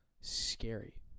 scary